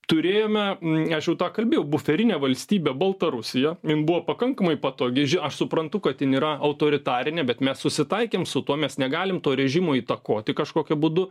turėjome aš jau tą kalbėjau buferinę valstybę baltarusiją jin buvo pakankamai patogi aš suprantu kad jin yra autoritarinė bet mes susitaikėm su tuo mes negalim to režimo įtakoti kažkokiu būdu